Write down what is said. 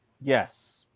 Yes